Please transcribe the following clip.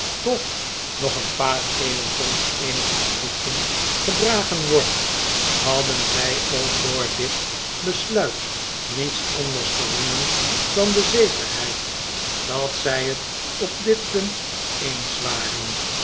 toch nog een paar e'euwen zonder eenige verlichting gedragen wordt hadden zij ook door dit besluit niets anders gewonnen dan de zekerheid dat zij het op dit punt eens waren